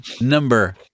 number